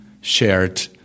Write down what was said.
shared